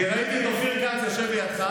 כי ראיתי את אופיר כץ יושב לידך,